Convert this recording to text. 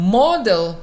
model